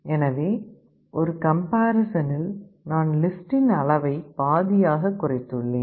எனவே ஒரு கம்பேரிசனில் நான் லிஸ்டின் அளவை பாதியாக குறைத்துள்ளேன்